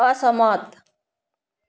असहमत